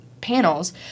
panels